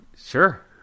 Sure